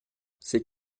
c’est